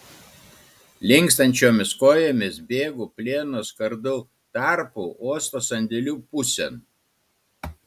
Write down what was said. linkstančiomis kojomis bėgu plieno skardų tarpu uosto sandėlių pusėn